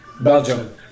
Belgium